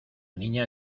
niña